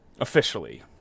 Officially